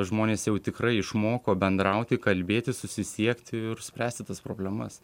žmonės jau tikrai išmoko bendrauti kalbėtis susisiekti ir spręsti tas problemas